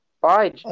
Bye